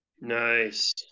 Nice